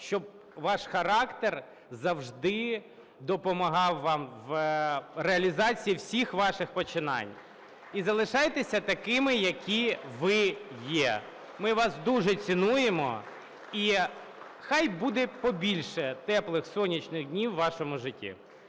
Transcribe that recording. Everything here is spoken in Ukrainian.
щоб ваш характер завжди допомагав вам у реалізації всіх ваших починань. І залишайтеся такими, які ви є. Ми вас дуже цінуємо. І хай буде побільше теплих сонячних днів у вашому житті.